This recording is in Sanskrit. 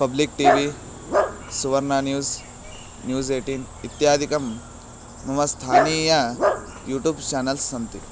public T V Suvarna news news eighteen इत्यादिकं मम स्थानीय यूटूब् चानेल्स् सन्ति